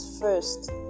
first